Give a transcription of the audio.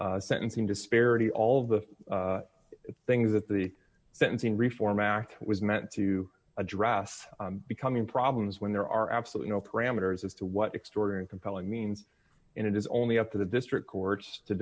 sentencing disparity all the things that the sentencing reform act was meant to address becoming problems when there are absolutely no parameters as to what extraordinary compelling means and it is only up to the district